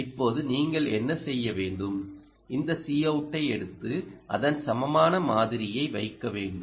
இப்போது நீங்கள் என்ன செய்ய வேண்டும் இந்த Couஐt எடுத்து அதன் சமமான மாதிரியை வைக்க வேண்டும்